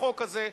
החוק הזה.